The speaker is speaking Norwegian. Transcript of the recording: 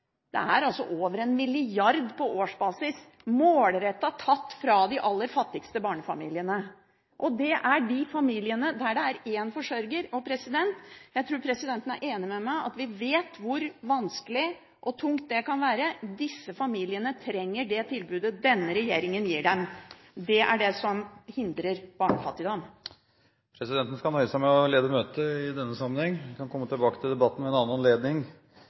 Det er altså over en mrd. kr på årsbasis, målrettet tatt fra de aller fattigste barnefamiliene. Det er de familiene der det er én forsørger, og jeg tror presidenten er enig med meg i at vi vet hvor vanskelig og tungt det kan være. Disse familiene trenger det tilbudet denne regjeringen gir dem. Det er det som hindrer barnefattigdom. Presidenten skal nøye seg med å lede møtet i denne sammenhengen. Vi kan komme tilbake til debatten ved en annen anledning.